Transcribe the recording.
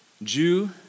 Jew